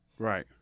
Right